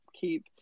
keep